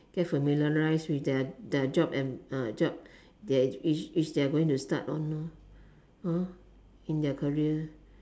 get familiarize with their their job and uh job their which which they're going to start on lor hor in their career